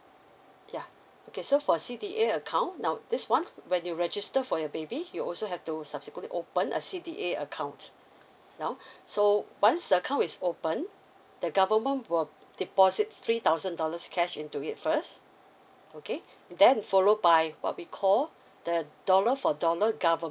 yeah okay so for C_D_A account now this one when you register for your baby you also have to subsequently open a C_D_A account now so once the account is open the government will deposit three thousand dollars cash into it first okay then follow by what we called the dollar for dollar government